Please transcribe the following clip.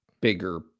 bigger